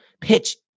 pitch